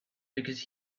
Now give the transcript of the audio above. because